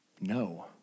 No